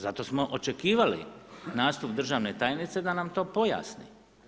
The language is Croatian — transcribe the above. Zato smo očekivali nastup državne tajnice da nam to pojasni.